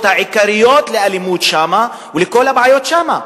העיקריות לאלימות שם ולכל הבעיות שם.